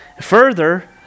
Further